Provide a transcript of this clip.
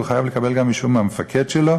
והוא חייב לקבל גם אישור מהמפקד שלו,